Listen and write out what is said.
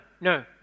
no